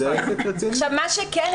מה שכן,